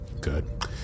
Good